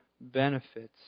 benefits